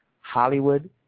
Hollywood